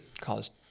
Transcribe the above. caused